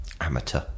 Amateur